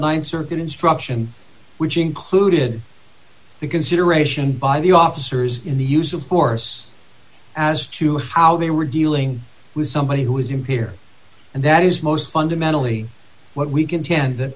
th circuit instruction which included the consideration by the officers in the use of force as to how they were dealing with somebody who was in peer and that is most fundamentally what we contend that